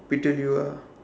peter liu ah